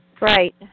Right